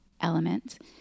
element